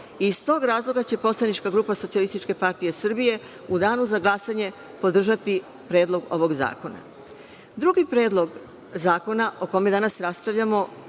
i iz tog razloga će poslanička grupa SPS u danu za glasanje podržati predlog ovog zakona. Drugi predlog zakona o kome danas raspravljamo